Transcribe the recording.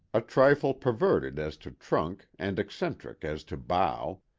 a trifle perverted as to trunk and eccentric as to bough,